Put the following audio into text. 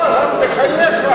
לא, בחייך.